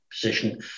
position